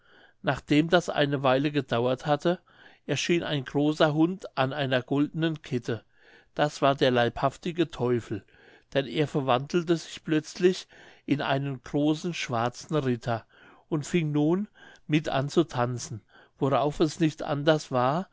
nachdem das eine weile gedauert hatte erschien ein großer hund an einer goldenen kette das war der leibhaftige teufel denn er verwandelte sich plötzlich in einen großen schwarzen ritter und fing nun mit an zu tanzen worauf es nicht anders war